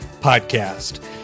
Podcast